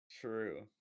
True